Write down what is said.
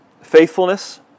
faithfulness